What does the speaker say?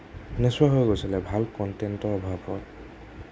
নোচোৱা হৈ গৈছিলে ভাল কণ্টেণ্টৰ অভাৱত